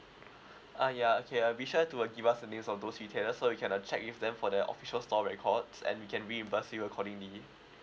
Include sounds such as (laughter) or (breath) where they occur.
(breath) ah ya okay uh be sure to uh give us a news on those retailers so we can uh check with them for their official store records and we can reimburse you accordingly